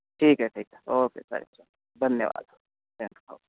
ठीक आहे ठीक आहे ओके धन्यवाद हो